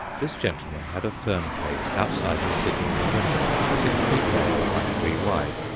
this gentleman had a fern-case outside his sitting-room window, six feet long by three wide.